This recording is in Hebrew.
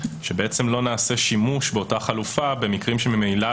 שלא נעשה שימוש באותה חלופה במקרים שממילא